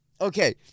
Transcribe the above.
Okay